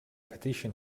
petition